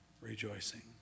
rejoicing